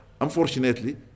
unfortunately